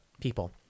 people